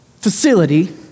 facility